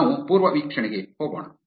ನಾವು ಪೂರ್ವವೀಕ್ಷಣೆಗೆ ಹೋಗೋಣ